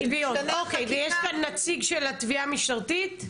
ויש כאן נציג של התביעה המשטרתית.